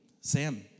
Sam